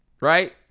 Right